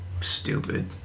stupid